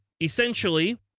Essentially